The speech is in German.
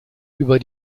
über